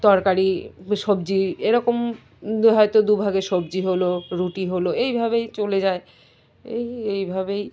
তরকারি সবজি এ রকম হয়তো দুভাগে সবজি হলো রুটি হল এই ভাবেই চলে যায় এই এই ভাবেই